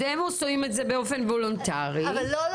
-- אז הם עושים את זה באופן וולונטרי -- לא,